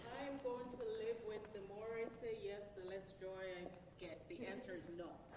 i'm going to live with the more i say yes the less joy i get. the answer is no.